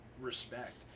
Respect